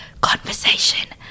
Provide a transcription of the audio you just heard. conversation